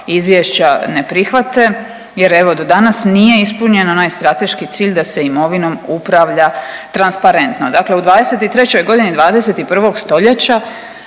izvješća ne prihvate, jer evo do danas nije ispunjen onaj strateški cilj da se imovinom upravlja transparentno. Dakle, u 2023. godini 21. stoljeća